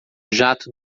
jato